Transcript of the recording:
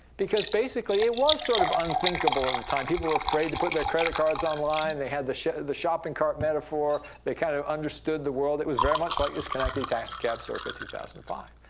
because, basically, it was sort of unthinkable at the time. people were afraid to put their credit cards online. they had the the shopping cart metaphor. they kind of understood the world. it was very much like this connected taxi cab circa two thousand and five.